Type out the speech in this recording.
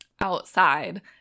outside